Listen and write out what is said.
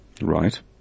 Right